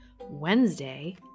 Wednesday